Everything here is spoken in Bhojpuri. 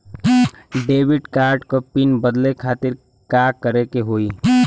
डेबिट कार्ड क पिन बदले खातिर का करेके होई?